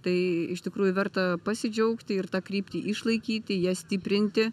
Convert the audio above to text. tai iš tikrųjų verta pasidžiaugti ir tą kryptį išlaikyti ją stiprinti